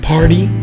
Party